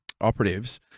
operatives